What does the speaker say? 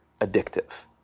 addictive